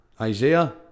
Isaiah